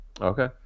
Okay